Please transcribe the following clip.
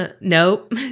nope